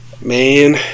man